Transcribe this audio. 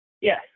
Yes